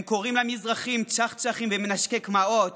הם קוראים למזרחים צ'חצ'חים ומנשקי קמעות,